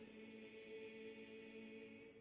a